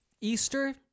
Easter